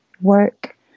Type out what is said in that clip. work